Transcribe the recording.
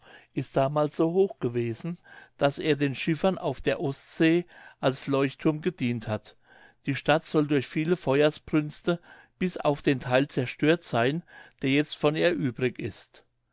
ist damals so hoch gewesen daß er den schiffern auf der ostsee als leuchtthurm gedient hat die stadt soll durch viele feuersbrünste bis auf den theil zerstört seyn der jetzt von ihr übrig ist